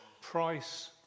Price